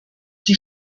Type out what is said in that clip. die